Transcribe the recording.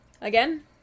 again